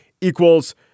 equals